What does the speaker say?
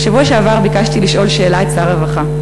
בשבוע שעבר ביקשתי לשאול שאלה את שר הרווחה,